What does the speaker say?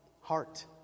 heart